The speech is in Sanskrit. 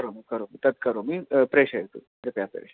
करोमि करोमि तत् करोमि प्रेषयतु कृपया प्रेषय